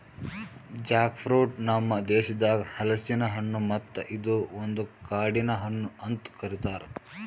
Jack fruit ನಮ್ ದೇಶದಾಗ್ ಹಲಸಿನ ಹಣ್ಣು ಮತ್ತ ಇದು ಒಂದು ಕಾಡಿನ ಹಣ್ಣು ಅಂತ್ ಕರಿತಾರ್